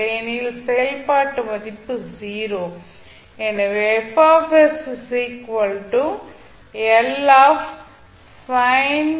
இல்லையெனில் செயல்பாட்டு மதிப்பு 0